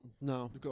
No